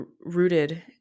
rooted